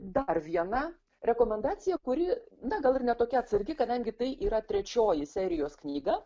dar viena rekomendacija kuri na gal ir ne tokia atsargi kadangi tai yra trečioji serijos knyga